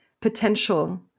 potential